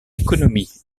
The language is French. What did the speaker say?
économie